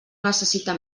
necessita